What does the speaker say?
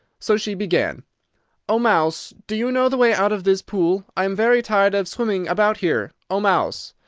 so she began o mouse, do you know the way out of this pool? i am very tired of swimming about here, o mouse!